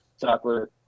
chocolate